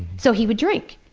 so he would drink.